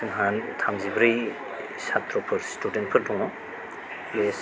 जोंहा थामजिब्रै साथ्र'फोर स्टुदेन्टफोर दङ बे